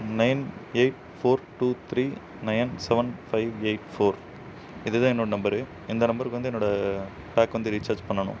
nine eight four two three nine seven five eight four இது தான் என்னோடய number இந்த நம்பருக்கு வந்து என்னோடய பேக் வந்து ரீசார்ஜ் பண்ணணும்